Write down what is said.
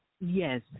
yes